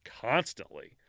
constantly